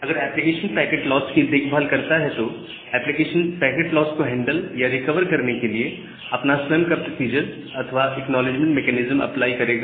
अगर application packet loss की देखभाल करता है तो एप्लीकेशन पैकेट लॉस को हैंडल या रिकवर करने के लिए अपना स्वयं का प्रोसीजर अथवा एक्नॉलेजमेंट मेकैनिज्म अप्लाई करेगा